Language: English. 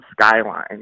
Skyline